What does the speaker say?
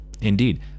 Indeed